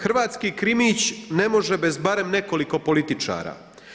Hrvatski krimić ne može bez barem nekoliko političara.